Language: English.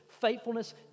faithfulness